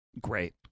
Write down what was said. Great